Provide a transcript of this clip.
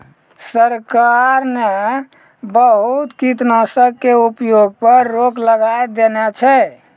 सरकार न बहुत कीटनाशक के प्रयोग पर रोक लगाय देने छै